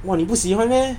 !wah! 你不喜欢 meh